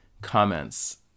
comments